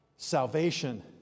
Salvation